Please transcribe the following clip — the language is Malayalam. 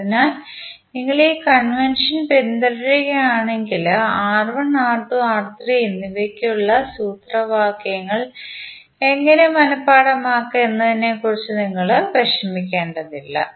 അതിനാൽ നിങ്ങൾ ഈ കൺവെൻഷൻ പിന്തുടരുകയാണെങ്കിൽ R1 R2 R3 എന്നിവയ്ക്കുള്ള സൂത്രവാക്യങ്ങൾ എങ്ങനെ മനപാഠമാക്കാം എന്നതിനെക്കുറിച്ച് നിങ്ങൾ വിഷമിക്കേണ്ടതില്ല